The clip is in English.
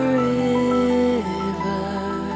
river